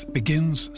begins